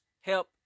Help